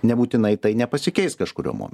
nebūtinai tai nepasikeis kažkuriuo